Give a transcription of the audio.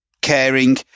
Caring